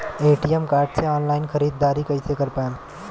ATM card से online ख़रीदारी कइसे कर पाएम?